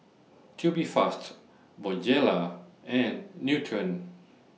Tubifast Bonjela and Nutren